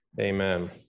Amen